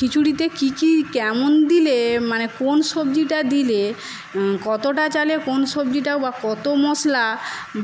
খিচুড়িতে কি কি কেমন দিলে মানে কোন সবজিটা দিলে কতটা চালে কোন সবজিটা বা কত মশলা